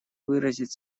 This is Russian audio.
выразить